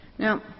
Now